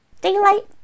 daylight